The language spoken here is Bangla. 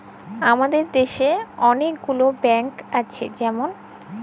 হামাদের দ্যাশে ম্যালা গুলা সব ব্যাঙ্ক আসে যেমল